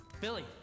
Billy